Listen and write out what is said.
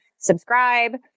subscribe